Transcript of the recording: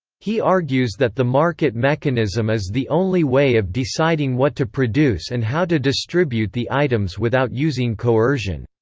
he argues that the market mechanism is the only way of deciding what to produce and how to distribute the items without using coercion.